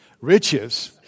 Riches